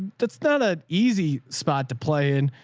that's not ah an easy spot to play in.